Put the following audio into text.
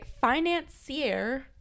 financier